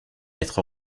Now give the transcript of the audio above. être